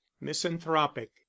misanthropic